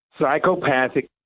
psychopathic